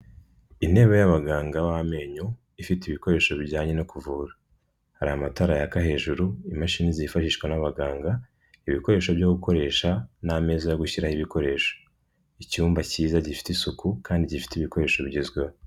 Intebe y'abaganga b'amenyo ifite ibikoresho bijyanye no kuvura, hari amatara yaka hejuru, imashini zifashishwa n'abaganga, ibikoresho byo gukoresha n'ameza yo gushyiraho ibikoresho, icyumba cyiza gifite isuku kandi gifite ibikoresho bigezweho.